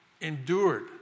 endured